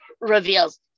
reveals